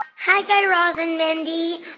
hi, guy raz and mindy.